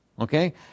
Okay